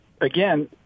again